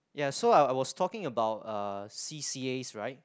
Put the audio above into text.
ya so I I was talking about uh C_C_As rights